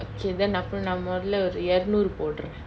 okay then அப்ரோ நம்மொல்ட ஒரு எருநூறு போட்ர:apro nammolta oru erunooru potra